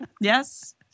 Yes